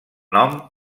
nom